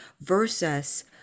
versus